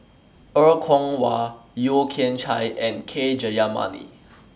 Er Kwong Wah Yeo Kian Chai and K Jayamani